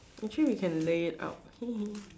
actually we can lay it out